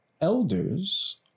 elders